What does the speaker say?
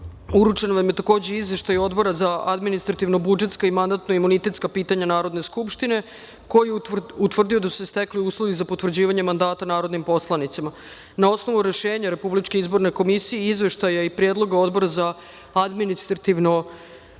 vam je, takođe, Izveštaj Odbora za administrativno-budžetska i mandatno-imunitetska pitanja Narodne skupštine, koji je utvrdio da su se stekli uslovi za potvrđivanje mandata narodnim poslanicima. Na osnovu rešenja RIK, Izveštaja i predloga Odbora za administrativno-budžetska